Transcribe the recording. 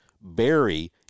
Barry